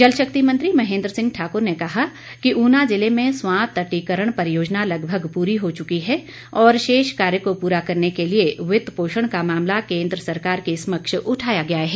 जल शक्ति मंत्री महेन्द्र सिंह ठाकर ने कहा कि ऊना जिले में स्वां तटीकरण परियोजना लगभग पूरी हो चुकी है और शेष कार्य को पूरा करने के लिए वित्त पोषण का मामला केन्द्र सरकार के समक्ष उठाया गया है